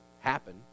happen